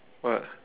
what